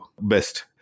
best